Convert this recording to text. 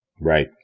Right